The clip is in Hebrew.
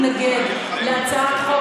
למה השר איציק שמולי התנגד להצעת חוק